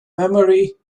memory